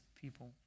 people